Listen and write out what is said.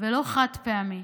ולא חד-פעמיים,